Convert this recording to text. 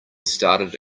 started